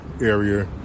area